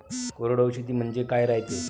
कोरडवाहू शेती म्हनजे का रायते?